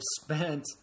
spent